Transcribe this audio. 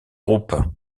groupe